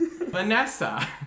Vanessa